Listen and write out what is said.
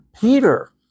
Peter